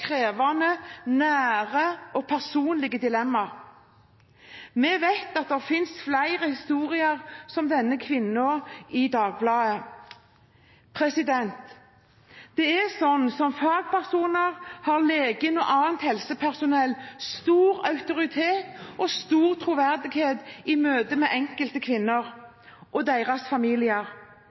krevende, nære og personlige dilemma, og vi vet at det finnes flere historier som denne kvinnens historie i Dagbladet. Som fagpersoner har legen og annet helsepersonell stor autoritet og stor troverdighet i møte med den enkelte kvinnen og